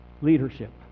Leadership